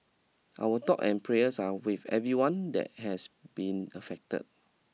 our thought and prayers are with everyone that has been affected